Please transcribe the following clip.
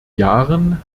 jahren